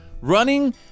running